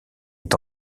est